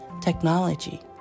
technology